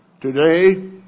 Today